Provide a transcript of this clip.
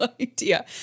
idea